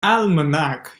almanac